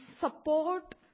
support